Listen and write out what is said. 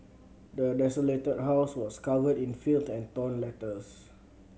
the desolated house was covered in filth and torn letters